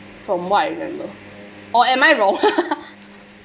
from what I remember or am I wrong